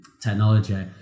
technology